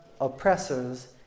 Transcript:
oppressors